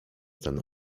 ten